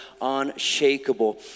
Unshakable